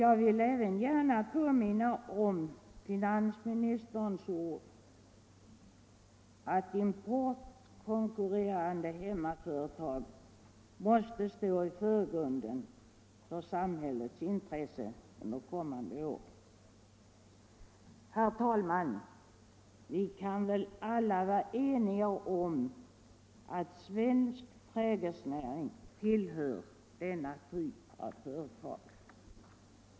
Jag vill även gärna påminna om finansministerns ord att importkonkurrerande hemmamarknadsföretag måste stå i förgrunden för samhällets intresse under kommande år. Vi kan väl alla, herr talman, vara eniga om att svensk trädgårdsnäring tillhör denna typ av företag.